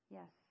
Yes